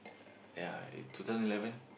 ya two thousand eleven